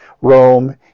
Rome